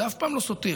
וזה אף פעם לא סותר.